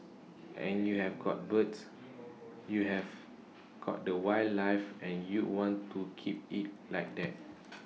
and you have got birds you have got the wildlife and you want to keep IT like that